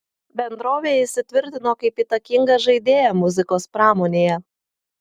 bendrovė įsitvirtino kaip įtakinga žaidėja muzikos pramonėje